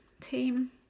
team